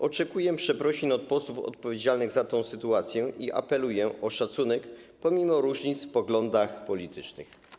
Oczekuję przeprosin od posłów odpowiedzialnych za tę sytuację i apeluję o szacunek pomimo różnic w poglądach politycznych.